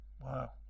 Wow